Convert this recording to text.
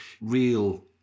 real